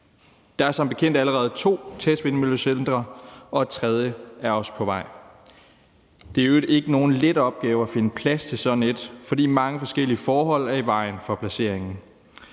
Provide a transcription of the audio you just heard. Der er som bekendt allerede to testvindmøllecentre, og et tredje testvindmøllecenter er også på vej. Det er i øvrigt ikke nogen let opgave at finde plads til sådan et testcenter, fordi mange forskellige forhold er i vejen for placeringen.